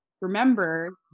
Remember